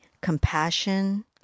compassion